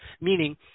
meaning